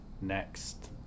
next